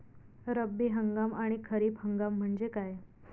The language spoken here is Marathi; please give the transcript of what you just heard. रब्बी हंगाम आणि खरीप हंगाम म्हणजे काय?